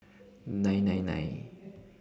nine nine nine